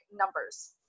numbers